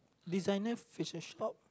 designer facial shop